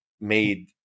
made